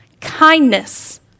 kindness